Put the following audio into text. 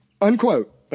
Unquote